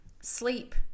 sleep